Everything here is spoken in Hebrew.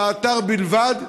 לאתר בלבד.